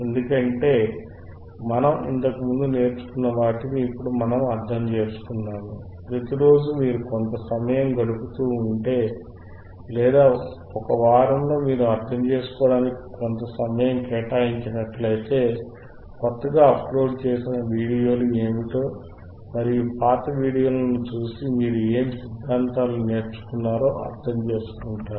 ఎందుకంటే మనం ఇంతకుముందు నేర్చుకున్న వాటిని ఇప్పుడు మనము అర్థం చేసుకున్నాము ప్రతిరోజూ మీరు కొంత సమయం గడుపుతుంటే లేదా ఒక వారంలో మీరు అర్థం చేసుకోవడానికి కొంత సమయం కేటాయించినట్లయితే కొత్తగా అప్లోడ్ చేసిన వీడియోలు ఏమిటో మరియు పాత వీడియోలను చూసి మీరు ఏమి సిద్ధాంతాలు నేర్చుకున్నారో అర్థం చేసుకుంటారు